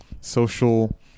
social